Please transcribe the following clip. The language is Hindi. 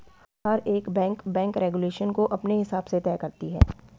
हर एक बैंक बैंक रेगुलेशन को अपने हिसाब से तय करती है